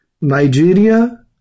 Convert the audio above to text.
Nigeria